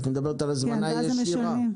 את מדברת על הזמנה ישירה.